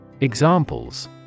Examples